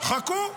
חכו,